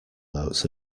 notes